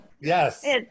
Yes